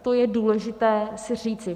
To je důležité si říci.